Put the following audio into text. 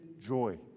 joy